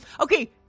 Okay